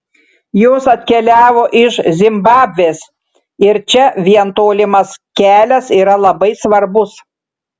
jos atkeliavo iš zimbabvės ir čia vien tolimas kelias yra labai svarbus